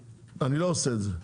אני לא עושה את זה,